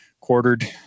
quartered